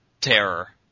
terror